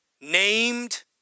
named